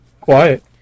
quiet